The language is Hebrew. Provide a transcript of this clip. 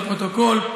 לפרוטוקול,